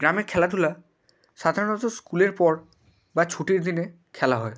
গ্রামে খেলাধুলা সাধারণত স্কুলের পর বা ছুটির দিনে খেলা হয়